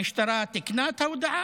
המשטרה תיקנה את ההודעה?